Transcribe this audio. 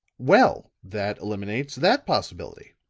well, that eliminates that possibility.